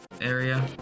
area